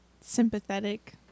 sympathetic